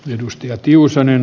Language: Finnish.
arvoisa puhemies